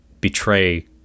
betray